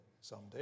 someday